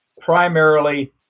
primarily